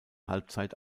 halbzeit